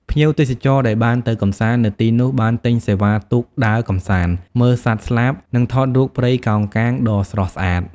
ភ្ញៀវទេសចរដែលបានទៅកម្សាន្តនៅទីនោះបានទិញសេវាកម្មទូកដើរកម្សាន្ត មើលសត្វស្លាប និងថតរូបព្រៃកោងកាងដ៏ស្រស់ស្អាត។